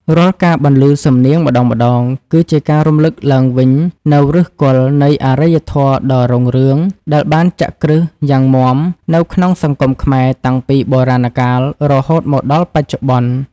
រាល់ការបន្លឺសំនៀងម្តងៗ គឺជាការរំឮកឡើងវិញនូវឫសគល់នៃអរិយធម៌ដ៏រុងរឿង ដែលបានចាក់គ្រឹះយ៉ាងមាំនៅក្នុងសង្គមខ្មែរតាំងពីបុរាណកាលរហូតមកដល់បច្ចុប្បន្ន។